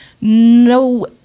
no